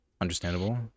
understandable